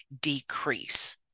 decrease